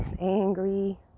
angry